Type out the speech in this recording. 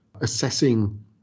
assessing